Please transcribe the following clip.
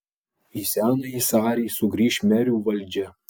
į senąjį sarį sugrįš merių valdžia